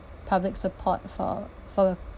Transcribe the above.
public support for for